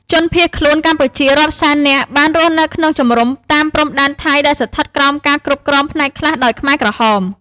ជនភៀសខ្លួនកម្ពុជារាប់សែននាក់បានរស់នៅក្នុងជំរំតាមព្រំដែនថៃ ដែលស្ថិតក្រោមការគ្រប់គ្រងផ្នែកខ្លះដោយខ្មែរក្រហម។